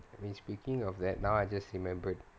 I mean speaking of that now I just remembered